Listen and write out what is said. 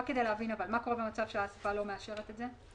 רק כדי להבין: מה קורה במצב שהאסיפה לא מאשרת את זה?